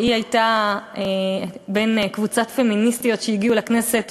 שהייתה בקבוצת פמיניסטיות שהגיעו לכנסת